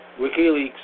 WikiLeaks